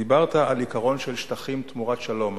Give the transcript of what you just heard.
דיברת על עיקרון של שטחים תמורת שלום.